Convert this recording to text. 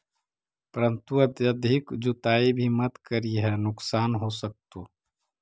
परंतु अत्यधिक जुताई भी मत करियह नुकसान हो सकतो